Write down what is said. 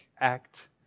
act